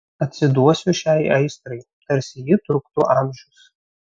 atsiduosiu šiai aistrai tarsi ji truktų amžius